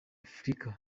afurika